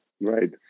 Right